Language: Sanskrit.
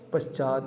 पश्चात्